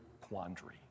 quandary